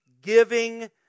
giving